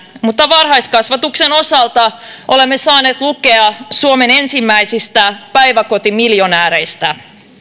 mutta varhaiskasvatuksen osalta olemme saaneet lukea suomen ensimmäisistä päiväkotimiljonääreistä